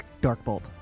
Darkbolt